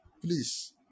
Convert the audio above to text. Please